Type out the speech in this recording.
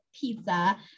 pizza